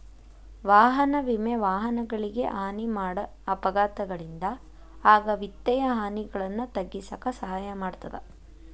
ವಾಹನ ವಿಮೆ ವಾಹನಗಳಿಗೆ ಹಾನಿ ಮಾಡ ಅಪಘಾತಗಳಿಂದ ಆಗ ವಿತ್ತೇಯ ಹಾನಿಗಳನ್ನ ತಗ್ಗಿಸಕ ಸಹಾಯ ಮಾಡ್ತದ